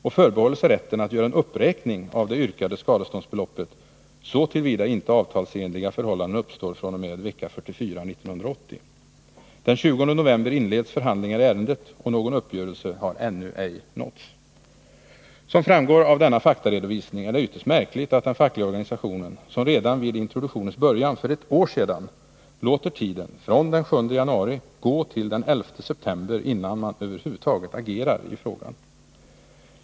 och förbehåller sig rätten att göra en uppräkning av det yrkade skadeståndsbeloppet, såvida inte avtalsenliga förhållanden uppstår fr.o.m. vecka 44 år 1980. Den 20 november inleds förhandlingar i ärendet, och någon uppgörelse har ännu ej nåtts. Jag finner det ytterst märkligt att den fackliga organisationen, som redan vid introduktionens början för ett år sedan kände till den, såsom framgår av denna faktaredovisning, låtit tiden från den 7 januari till den 11 september gå innan man över huvud taget agerat i frågan.